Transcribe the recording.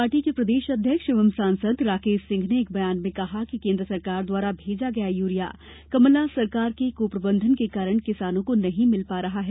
party के प्रदेश अध्यक्ष एवं सांसद राकेश सिंह ने एक बयान में कहा कि केन्द्र सरकार द्वारा भेजा गया यूरिया कमलनाथ सरकार के क्प्रबंधन के कारण किसानों को नहीं मिल पा रहा है